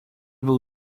był